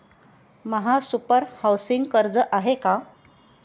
महासुपर हाउसिंग कर्ज आहे का?